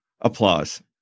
Applause